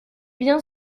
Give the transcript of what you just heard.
bien